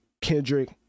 kendrick